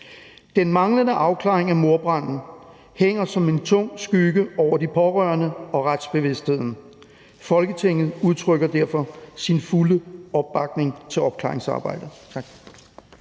Den manglende opklaring at mordbranden hænger som en tung skygge over de pårørende og retsbevidstheden. Folketinget udtrykker derfor sin fulde opbakning til opklaringsarbejdet.«